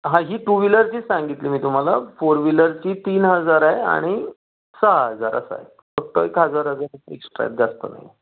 हां ही टू व्हिलरचीच सांगितली मी तुम्हाला फोर व्हिलरची तीन हजार आहे आणि सहा हजार असं आहे फक्त एक हजार अजून एक एक्सट्रा आहेत जास्त नाही